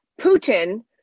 Putin